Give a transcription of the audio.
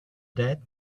that